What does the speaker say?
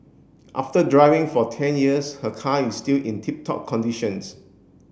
after driving for ten years her car is still in tip top conditions